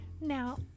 now